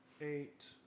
eight